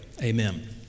Amen